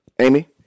Amy